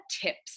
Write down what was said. tips